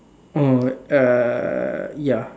mm err ya